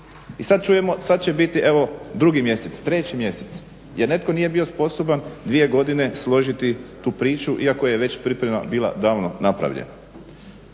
I sad čujemo, sad će biti evo drugi mjesec, treći mjesec jer netko nije bio sposoban dvije godine složiti tu priču iako je već priprema bila davno napravljena.